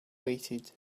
waited